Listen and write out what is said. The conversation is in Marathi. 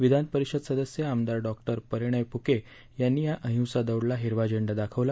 विधान परिषद सदस्य आमदार डॉ परिणय फुके यांनी या अहिंसा दौड ला हिरवा झेंडा दाखवला